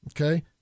Okay